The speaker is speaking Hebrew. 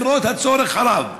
למרות הצורך הרב,